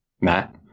Matt